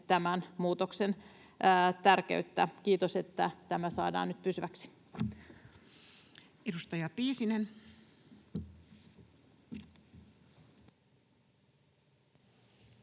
tämän muutoksen tärkeyttä. Kiitos, että tämä saadaan nyt pysyväksi. [Speech 277]